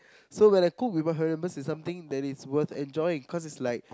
so when I cook with my family members is something that is worth enjoying cause it's like